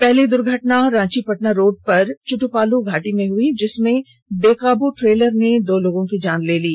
पहली द्र्घटना रांची पटना रोड स्थित चुट्पालू घाटी मे हुई जिसमें बेकाबू ट्रेलर ने दो लोगों की जान ले ली